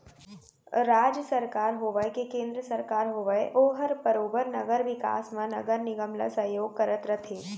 राज सरकार होवय के केन्द्र सरकार होवय ओहर बरोबर नगर बिकास म नगर निगम ल सहयोग करत रथे